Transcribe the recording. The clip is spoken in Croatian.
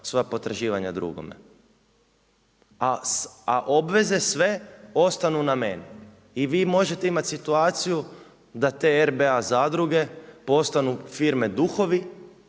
svoja potraživanja drugome, a obveze sve ostanu na meni. I vi možete imati situaciju da te RBA zadruge postanu firme duhovi